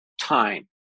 time